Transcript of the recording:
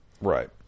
Right